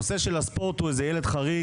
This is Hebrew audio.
הנושא של הספורט הוא איזה ילד חריג,